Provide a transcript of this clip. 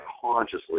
consciously